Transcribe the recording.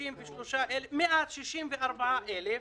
164,000,